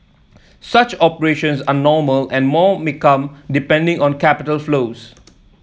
such operations are normal and more may come depending on capital flows